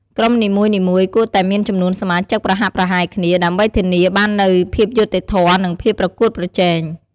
ក្រុមនីមួយៗគួរតែមានចំនួនសមាជិកប្រហាក់ប្រហែលគ្នា ដើម្បីធានាបាននូវភាពយុត្តិធម៌ និងភាពប្រកួតប្រជែង។